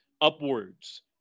upwards